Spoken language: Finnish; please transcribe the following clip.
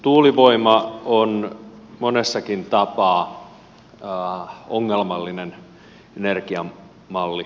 tuulivoima on monellakin tapaa ongelmallinen energiamalli